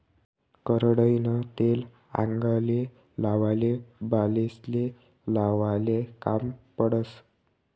करडईनं तेल आंगले लावाले, बालेस्ले लावाले काम पडस